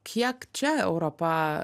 kiek čia europa